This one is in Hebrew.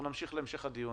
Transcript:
אנחנו נמשיך את המשך הדיון.